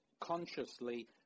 consciously